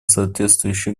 соответствующей